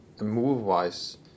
move-wise